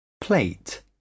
plate